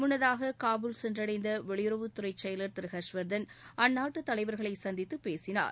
முன்னதாக னபூல் சென்றடைந்த வெளியுறவுத்துறை செயலர் திரு ஹர்ஷவர்தன் அந்நாட்டு தலைவர்களை சந்தித்து பேசினார்